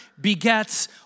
begets